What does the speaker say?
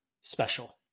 special